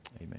amen